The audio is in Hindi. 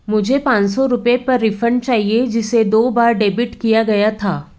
मुझे पाँच सौ रुपय पर रिफ़ंड चाहिए जिसे दो बार डेबिट किया गया था